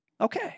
okay